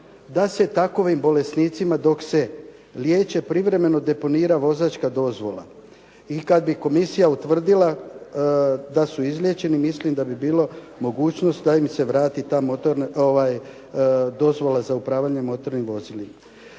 da se takovim bolesnicima dok se liječe privremeno deponira vozačka dozvola. I kada bi komisija utvrdila da su izliječeni, mislim da bi bila mogućnost da im se vrati ta dozvola za upravljanje motornim vozilima.